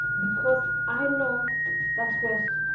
because i know that's where, so